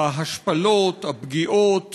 ההשפלות, הפגיעות